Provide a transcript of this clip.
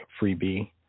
freebie